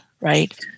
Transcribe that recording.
right